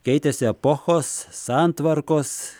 keitėsi epochos santvarkos